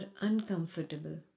uncomfortable